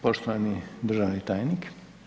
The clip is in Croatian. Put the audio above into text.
Poštovani državni tajnik.